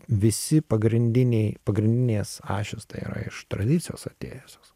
visi pagrindiniai pagrindinės ašys tai yra iš tradicijos atėjusios